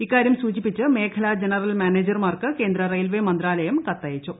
ത്തുമാനം സൂചിപ്പിച്ച് മേഖലാ ജനറൽ മാനേജർമാർക്ക് കേന്ദ്ര റെയിൽവെ മന്ത്രാലയം കത്തയച്ചു